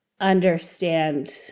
understand